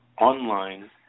online